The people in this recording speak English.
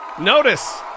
Notice